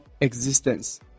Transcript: existence